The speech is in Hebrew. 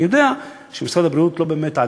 אני יודע שמשרד הבריאות לא באמת,